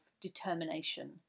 determination